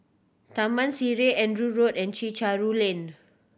Taman Sireh Andrew Road and Chencharu Lane